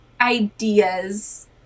ideas